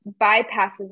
bypasses